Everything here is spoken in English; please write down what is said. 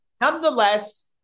nonetheless